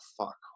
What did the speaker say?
fuck